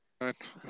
Right